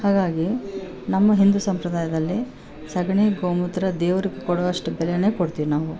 ಹಾಗಾಗಿ ನಮ್ಮ ಹಿಂದೂ ಸಂಪ್ರದಾಯದಲ್ಲಿ ಸೆಗಣಿ ಗೋ ಮೂತ್ರ ದೇವ್ರಿಗೆ ಕೊಡುವಷ್ಟು ಬೆಲೆಯೇ ಕೊಡ್ತೀವಿ ನಾವು